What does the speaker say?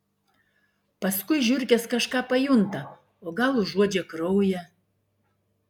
paskui žiurkės kažką pajunta o gal užuodžia kraują